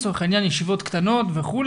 לצורך העניין ישיבות קטנות וכו'?